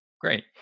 Great